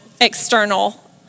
external